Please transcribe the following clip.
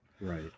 Right